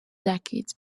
decades